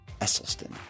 Esselstyn